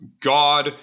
God